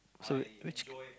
so which